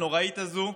הנוראית הזו.